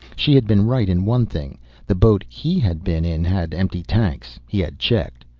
she had been right in one thing the boat he had been in had empty tanks, he had checked.